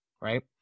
Right